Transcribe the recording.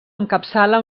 encapçala